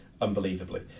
unbelievably